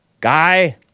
Guy